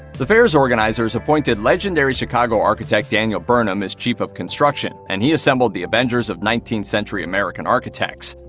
the fair's organizers appointed legendary chicago architect daniel burnham as chief of construction, and he assembled the avengers of nineteenth century american architects.